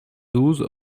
douze